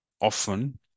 often